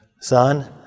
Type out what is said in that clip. Son